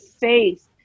faith